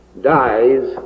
dies